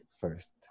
first